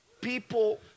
People